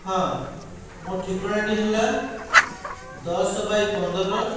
ହଁ ମୋ' ଠିକଣାଟି ହେଲା ଦଶ ବାଇ ପନ୍ଦର